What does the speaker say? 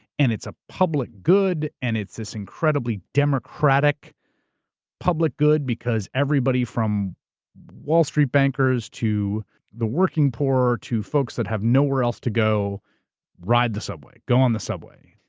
and it's a public good. and it's this incredibly democratic public good, because everybody from wall street bankers to the working poor to folks that have nowhere else to go ride the subway, go on the subway.